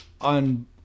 On